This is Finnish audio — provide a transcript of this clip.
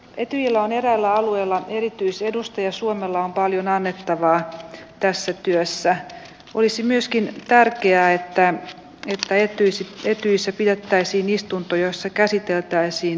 ei tilanne eräillä alueilla erityisedustaja suomella on jag välkomnar den diskussion som just har förts med de inlägg som ben zyskowicz gjorde